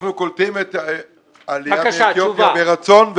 אנחנו קולטים את העלייה מאתיופיה ברצון,